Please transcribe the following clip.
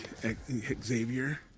xavier